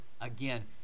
again